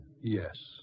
Yes